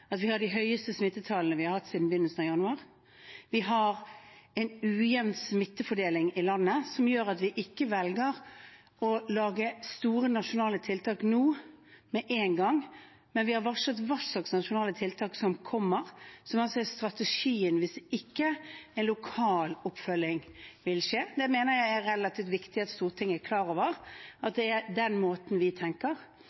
at vi har de høyeste smittetallene vi har hatt siden begynnelsen av januar. Vi har en ujevn smittefordeling i landet, noe som gjør at vi ikke velger å lage store nasjonale tiltak nå med en gang, men vi har varslet hvilke nasjonale tiltak som kommer, som altså er strategien hvis det ikke skjer en lokal oppfølging. Det mener jeg er relativt viktig at Stortinget er klar over, at det er